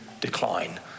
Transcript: decline